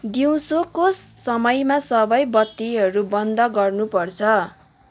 दिउँसोको समयमा सबै बत्तीहरू बन्द गर्नुपर्छ